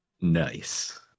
nice